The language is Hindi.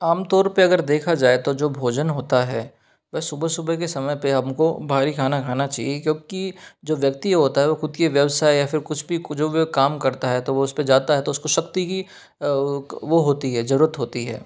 आम तौर पर अगर देखा जाए तो जो भोजन होता है वो सुबह सुबह के समय पर हमको भारी खाना खाना चाहिए क्योंकि जो व्यक्ति होता है वो ख़ुद के व्यवसाय या फ़िर कुछ भी कुछ जो वो काम करता है तो वो उस पर जाता है तो उसको शक्ति की वो होती है ज़रूरत होती है